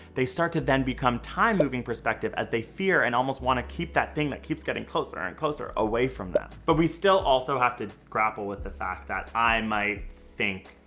they start to then become time-moving perspective as they fear and almost wanna keep that thing that keeps getting closer and closer, away from them. but we still also have to grapple with the fact that i might think,